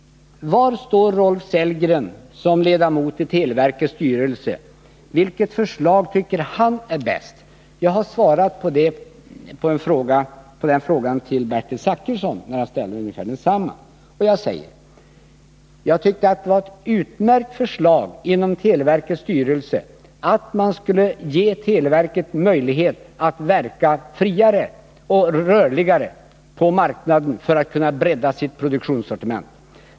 Var står Rolf Sellgren som ledamot i televerkets styrelse? Vilket förslag tycker han är bäst? Jag har svarat på de frågorna när Bertil Zachrisson ställde dem, och jag svarade att jag tyckte det var ett utmärkt förslag inom televerkets styrelse att man skulle ge televerket möjlighet att verka friare och rörligare på marknaden för att kunna bredda sitt produktionssortiment.